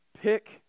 pick